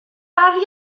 arian